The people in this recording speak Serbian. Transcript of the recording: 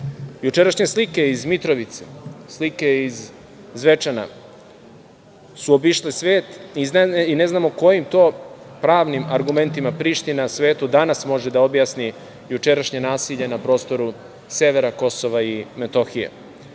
Jučerašnje slike iz Mitrovice, slike iz Zvečana su obišle svete i ne znamo kojim to pravnim argumentima Priština svetu danas može da objasni jučerašnje nasilje na prostoru severa KiM. Juče je